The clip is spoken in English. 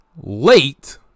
late